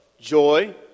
joy